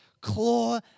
claw